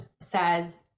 says